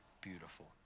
beautiful